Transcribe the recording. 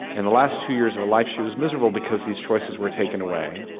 in the last two years of her life she was miserable because these choices were taken away.